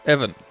Evan